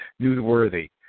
newsworthy